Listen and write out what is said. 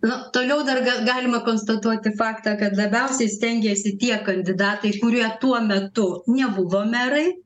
na toliau dar gal galima konstatuoti faktą kad labiausiai stengėsi tie kandidatai kurie tuo metu nebuvo merai